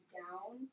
down